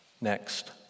Next